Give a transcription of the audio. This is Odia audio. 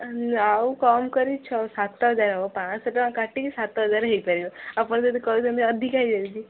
ଆଉ କମ୍ କରିକି ଛଅ ସାତ ହଜାର ହେବ ପାଁ'ଶହ ଟଙ୍କା କାଟିକି ସାତ ହଜାର ହେଇପାରିବ ଆପଣ ଯଦି କହିବେ ଅଧିକା ହେଇଯାଇଛି